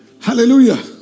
Hallelujah